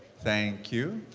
thank you.